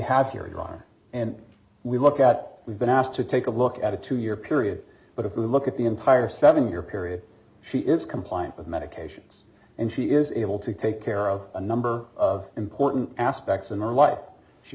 have here are gone and we look at we've been asked to take a look at a two year period but if we look at the entire seven year period she is compliant with medications and she is able to take care of a number of important aspects in our life she